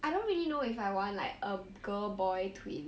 I don't really know if I want like a girl boy to it